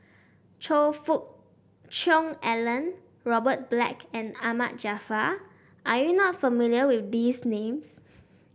Choe Fook Cheong Alan Robert Black and Ahmad Jaafar are you not familiar with these names